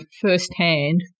firsthand